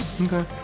Okay